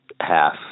half